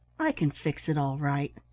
i can fix it all right.